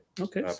Okay